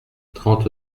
trente